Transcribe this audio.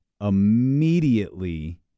immediately